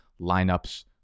lineups